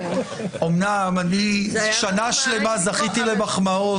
אמנם אני שנה שלמה זכיתי למחמאות